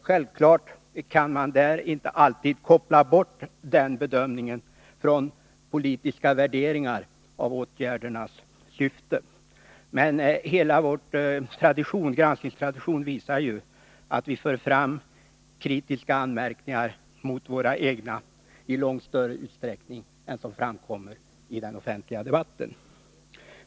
Självfallet kan man där inte alltid koppla bort den bedömningen från politiska värderingar av åtgärdernas syfte. Men hela vår granskningstradition visar, att vi för fram kritiska anmärkningar mot våra egna i långt större utsträckning än som framkommer i den offentliga debatten.